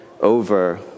over